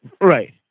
Right